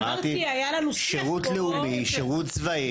אמרתי: שירות לאומי, שירות צבאי.